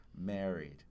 Married